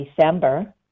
December